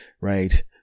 Right